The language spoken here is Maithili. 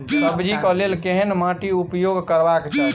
सब्जी कऽ लेल केहन माटि उपयोग करबाक चाहि?